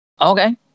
Okay